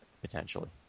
potentially